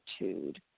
attitude